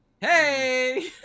hey